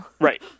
Right